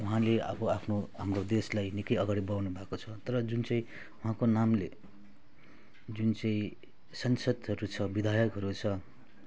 उहाँले अब आफ्नो हाम्रो देशलाई निकै अघाडि बढाउनु भएको छ तर जुन चाहिँ उहाँको नामले जुन चाहिँ सांसदहरू छ विधायकहरू छ